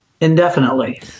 indefinitely